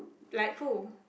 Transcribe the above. like who